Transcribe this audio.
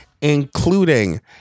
including